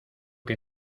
que